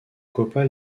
copa